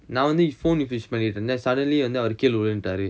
நா வந்து:na vanthu suddenly வந்து அவரு கீழ விழுந்துடாறு:vanthu avaru keela vilunthutaaru